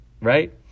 right